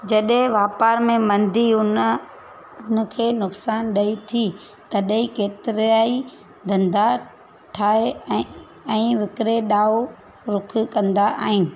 जॾे वापार में मंदी हुन हुनखे नुक़सानु ॾे थी तॾहिं केतराई धंधा ठाहे ऐं ऐं विकरे ॾांहुं रुख कंदा आहिनि